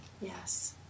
Yes